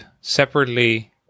separately